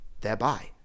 Thereby